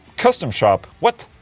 custom shop. what?